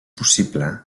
possible